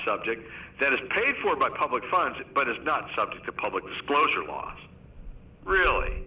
subject that is paid for by public funds but is not subject to public disclosure laws really